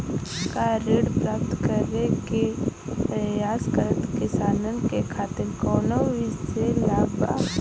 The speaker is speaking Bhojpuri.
का ऋण प्राप्त करे के प्रयास करत किसानन के खातिर कोनो विशेष लाभ बा